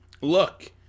look